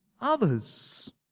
others